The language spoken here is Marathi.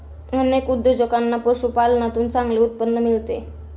अनेक उद्योजकांना पशुपालनातून चांगले उत्पन्न मिळते